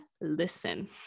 listen